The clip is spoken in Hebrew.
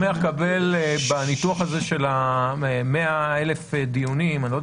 לקבל בניתוח של ה-100,000 דיונים לא יודע